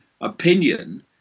opinion